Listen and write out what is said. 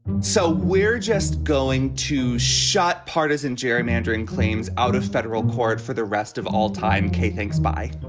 so we're just going to shot partisan gerrymandering claims out of federal court for the rest of all time. kate thanks by